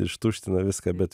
ištuština viską bet